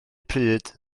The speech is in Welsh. pryd